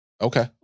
Okay